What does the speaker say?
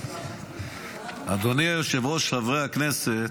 אדוני היושב-ראש, חברי הכנסת,